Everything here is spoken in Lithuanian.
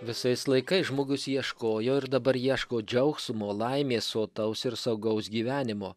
visais laikais žmogus ieškojo ir dabar ieško džiaugsmo laimės sotaus ir saugaus gyvenimo